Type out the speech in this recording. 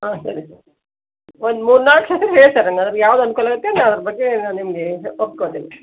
ಹಾಂ ಹೇಳಿ ಸರ್ ಒಂದು ಮೂರು ನಾಲ್ಕು ಹೆಸರು ಹೇಳಿ ಸರ್ ನನಗೆ ಅದ್ರಲ್ಲಿ ಯಾವುದು ಅನುಕೂಲ ಆಗುತ್ತೆ ನಾನು ಅದರ ಬಗ್ಗೆ ನಾನು ನಿಮಗೆ ಒಪ್ಕೊತೀನಿ